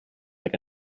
like